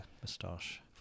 moustache